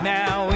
now